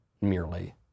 merely